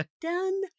done